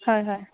হয় হয়